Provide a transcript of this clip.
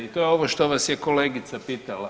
I to je ovo što vas je kolegica pitala.